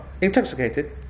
Intoxicated